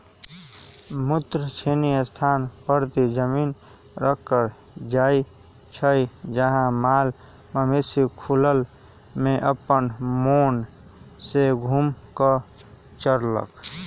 मुक्त श्रेणी स्थान परती जमिन रखल जाइ छइ जहा माल मवेशि खुलल में अप्पन मोन से घुम कऽ चरलक